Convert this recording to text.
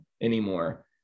anymore